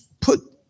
put